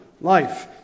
life